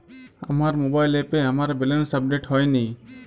আমার মোবাইল অ্যাপে আমার ব্যালেন্স আপডেট হয়নি